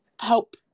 help